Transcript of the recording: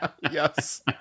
Yes